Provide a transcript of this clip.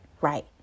right